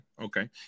okay